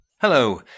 Hello